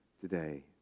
today